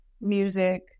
music